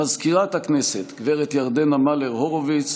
מזכירת הכנסת גב' ירדנה מלר-הורוביץ,